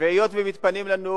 והיות שמתפנים לנו